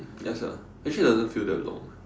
ya sia actually doesn't feel that long eh